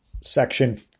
Section